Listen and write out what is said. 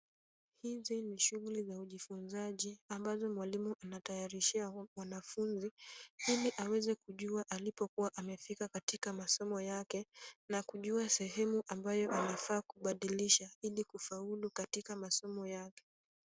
Hizi ni shughuli za ujifunzaji ambazo mwalimu anatayarishia wanafunzi ili aweze kujua alipokuwa amefika katika masomo yake na kujua sehemu ambayo anafaa kubadilisha ili kufaulu katika masomo yake.